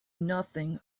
nothing